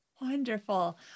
Wonderful